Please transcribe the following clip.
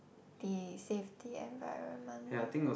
the safety environment